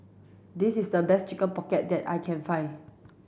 this is the best chicken pocket that I can find